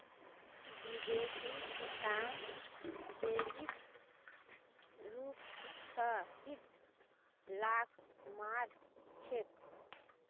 विदेशी किसान जैविक रूप स कीट लाक मार छेक